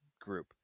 group